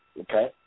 okay